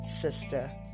sister